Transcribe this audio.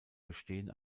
bestehen